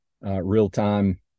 real-time